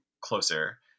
closer